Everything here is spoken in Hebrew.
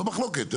לא מחלוקת,